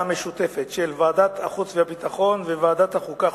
המשותפת של ועדת החוץ והביטחון וועדת החוקה,